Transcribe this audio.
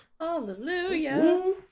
Hallelujah